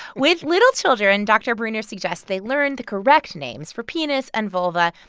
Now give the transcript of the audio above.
with little children, dr. breuner suggests they learn the correct names for penis and vulva,